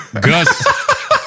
Gus